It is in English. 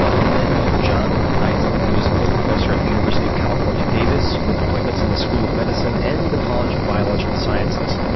and then you have jonathan eisen, who is a full professor at the university of california davis with appointments in the school of medicine and the college of biological sciences.